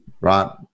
right